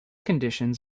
conditions